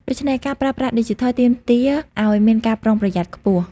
ដូច្នេះ ការប្រើប្រាស់ឌីជីថលទាមទារឱ្យមានការប្រុងប្រយ័ត្នខ្ពស់។